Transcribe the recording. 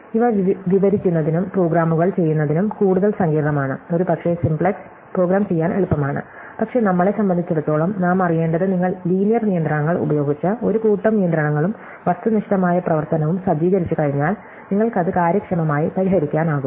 ഇവ വിവരിക്കുന്നതിനും പ്രോഗ്രാമുകൾ ചെയ്യുന്നതിനും കൂടുതൽ സങ്കീർണ്ണമാണ് ഒരുപക്ഷേ സിംപ്ലക്സ് പ്രോഗ്രാം ചെയ്യാൻ എളുപ്പമാണ് പക്ഷേ നമ്മളെ സംബന്ധിച്ചിടത്തോളം നാം അറിയേണ്ടത് നിങ്ങൾ ലീനിയർ നിയന്ത്രണങ്ങൾ ഉപയോഗിച്ച് ഒരു കൂട്ടം നിയന്ത്രണങ്ങളും വസ്തുനിഷ്ഠമായ പ്രവർത്തനവും സജ്ജീകരിച്ചുകഴിഞ്ഞാൽ നിങ്ങൾക്ക് അത് കാര്യക്ഷമമായി പരിഹരിക്കാനാകും